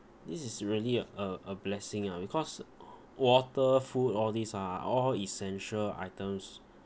this is really a a a blessing ah because water food all these ah all essential items